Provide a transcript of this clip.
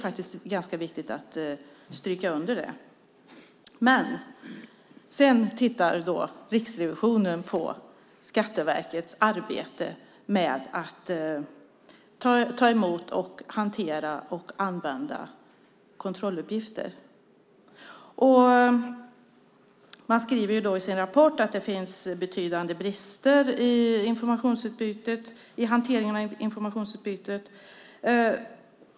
Det är viktigt att understryka det. Riksrevisionen har tittat på Skatteverkets arbete med att ta emot, hantera och använda kontrolluppgifter. Man skriver i sin rapport att det finns betydande brister i hanteringen av informationsutbytet.